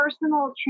personal